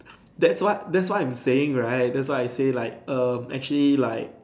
that's what that's what I am saying right that's what I say like um actually like